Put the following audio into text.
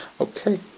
okay